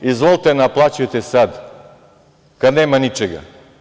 Izvolite i naplaćujte sad kad nema ničega.